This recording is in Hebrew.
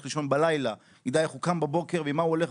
לישון בלילה ידע איך הוא קם בבוקר ועם מה הוא הולך,